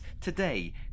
today